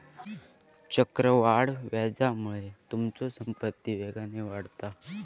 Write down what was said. चक्रवाढ व्याजामुळे तुमचो संपत्ती वेगान वाढता